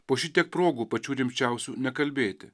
po šitiek progų pačių rimčiausių nekalbėti